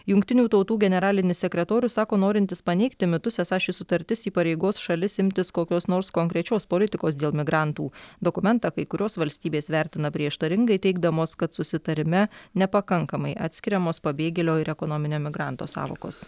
jungtinių tautų generalinis sekretorius sako norintis paneigti mitus esą ši sutartis įpareigos šalis imtis kokios nors konkrečios politikos dėl migrantų dokumentą kai kurios valstybės vertina prieštaringai teigdamos kad susitarime nepakankamai atskiriamos pabėgėlio ir ekonominio emigranto sąvokos